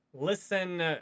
listen